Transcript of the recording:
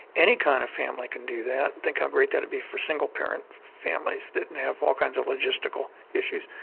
any kind of family can do that. think how great that would be for single-parent families that and have all kinds of logistical issues.